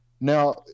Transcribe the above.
Now